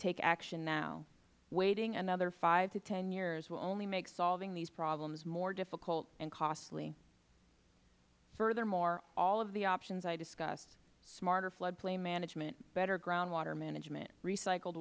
take action now waiting another five to ten years will only make solving these problems more difficult and costly furthermore all of the options i discussed smarter flood plain management better groundwater management recycled